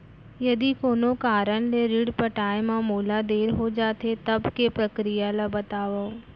यदि कोनो कारन ले ऋण पटाय मा मोला देर हो जाथे, तब के प्रक्रिया ला बतावव